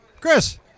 Chris